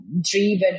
driven